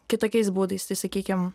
kitokiais būdais tai sakykim